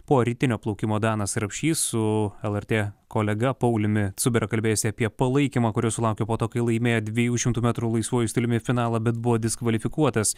po rytinio plaukimo danas rapšys su lrt kolega pauliumi cubera kalbėjosi apie palaikymą kurio sulaukė po to kai laimėjo dviejų šimtų metrų laisvuoju stiliumi finalą bet buvo diskvalifikuotas